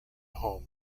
home